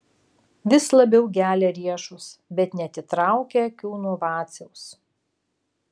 vis labiau gelia riešus bet neatitraukia akių nuo vaciaus